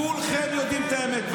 כולכם יודעים את האמת.